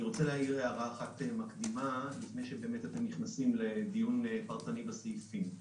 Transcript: אני רוצה להעיר הערה אחת מקדימה לפני שאתם נכנסים לדיון פרטני בסעיפים,